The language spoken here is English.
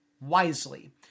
wisely